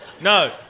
No